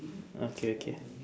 okay okay